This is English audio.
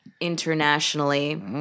internationally